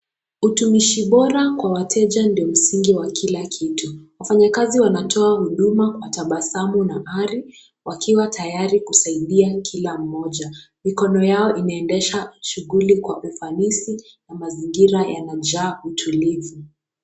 Utumishi bora kwa wateja ndo msingi wa kila kitu. Wafanyakazi wanatoa huduma kwa tabasamu na ari wakiwa tayari kusaidia kila mmoja. Mikono yao imeendesha shughuli kwa ufanisi na mazingira yanajaa utulivu.